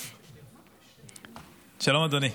שלום, אדוני.